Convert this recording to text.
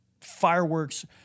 fireworks